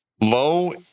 low